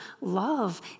love